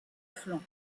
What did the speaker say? flanc